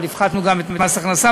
אבל הפחתנו גם את מס ההכנסה.